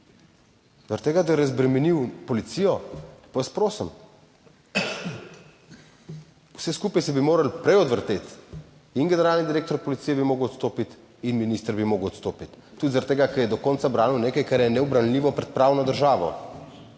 tega, da je razbremenil policijo, pa vas prosim, vse skupaj se bi morali prej odvrteti in generalni direktor policije bi moral odstopiti in minister bi moral odstopiti tudi zaradi tega, ker je do konca branil nekaj, kar je neubranljivo pred pravno državo.